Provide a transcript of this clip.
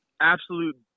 absolute